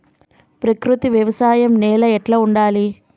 ప్రకృతి వ్యవసాయం నేల ఎట్లా ఉండాలి?